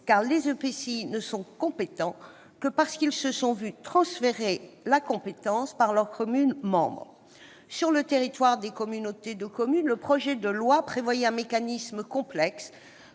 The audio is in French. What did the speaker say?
Les EPCI ne sont compétents que parce qu'ils se sont vu transférer la compétence par leurs communes membres. Sur le territoire des communautés de communes, le projet de loi prévoyait un mécanisme complexe